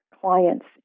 clients